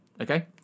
Okay